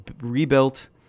rebuilt